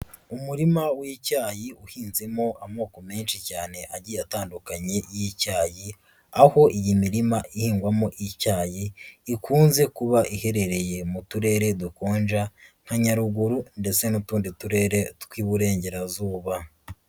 Umurima w'icyayi uhinzemo amoko menshi cyane agiye atandukanye y'icyayi, aho iyi mirima ihingwamo icyayi, ikunze kuba iherereye mu turere dukonja nka Nyaruguru ndetse n'utundi turere tw'Iburengerazuba.